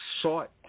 sought